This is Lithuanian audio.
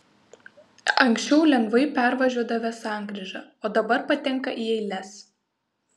anksčiau lengvai pervažiuodavę sankryžą o dabar patenka į eiles